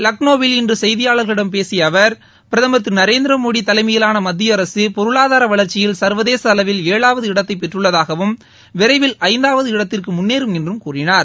லக்ளோவில் இன்று கெப்தியாளர்களிடம் பேசிய அவர் பிரதமர் திரு நரேந்திரமோடி தலைமையிலாள மத்திய அரசு பொருளாதார வளர்ச்சியில் சர்வதேச அளவில் ஏழாவது இடத்தை பெற்றுள்ளதாகவும் விரைவில் ஐந்தாவது இடத்திற்கு முன்னேறும் என்றும் கூறினார்